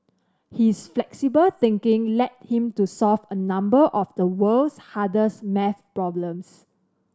his flexible thinking led him to solve a number of the world's hardest maths problems problems